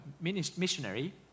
missionary